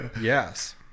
Yes